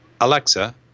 Alexa